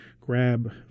grab